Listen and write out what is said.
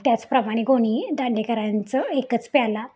त्याचप्रमाणे गो नी दांडेकरांचं एकच प्याला